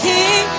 King